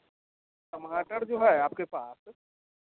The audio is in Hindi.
टमाटर जो है आपके पास